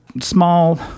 small